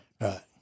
Right